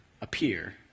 appear